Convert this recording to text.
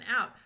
out